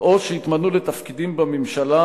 או שהתמנו לתפקידים בממשלה,